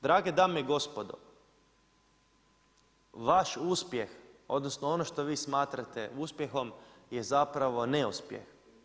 Drage dame i gospodo, vaš uspjeh, odnosno, ono što vi smatrate uspjehom, je zapravo neuspjeh.